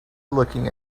looking